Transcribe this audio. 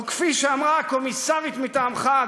או כפי שאמרה הקומיסרית מטעמך,